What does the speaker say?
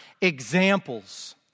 examples